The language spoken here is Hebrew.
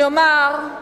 אני אומרת